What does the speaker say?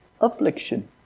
affliction